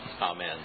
Amen